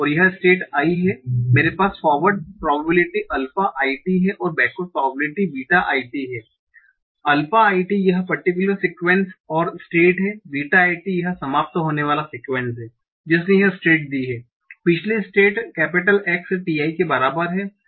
यह state i है मेरे पास forward probability alpha i t और backward probability beta i t है अल्फा i t यह परटिक्युलर सीक्वेंस और स्टेट है बीटा i t यह समाप्त होने वाला सीक्वेंस है जिसने यह स्टेट दी है पिछली स्टेट X t i के बराबर है